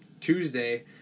Tuesday